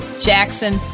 Jackson